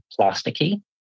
plasticky